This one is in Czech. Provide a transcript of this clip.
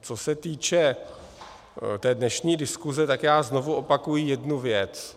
Co se týče dnešní diskuse, tak znovu opakuji jednu věc.